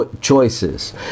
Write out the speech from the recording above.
choices